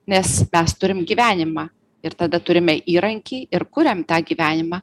nes mes turim gyvenimą ir tada turime įrankį ir kuriam tą gyvenimą